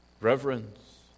reverence